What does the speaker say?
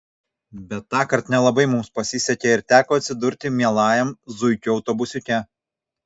bet tąkart nelabai mums pasisekė ir teko atsidurti mielajam zuikių autobusiuke